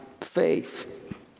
faith